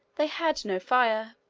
they had no fire.